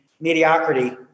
mediocrity